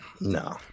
No